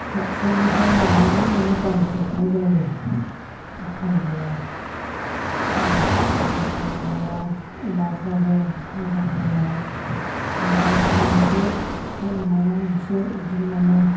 फारसेनिफ्राय लानानै माने बायजोबनाय जायो उफाय गैया बिदिनो मालाबा अमाफ्राबो मोजां जाया मालाबा बिदिनो मोनसेखौ मोनाबा मोनसे बिदिनो माने